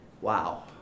Wow